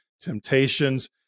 Temptations